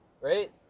Right